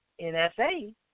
NSA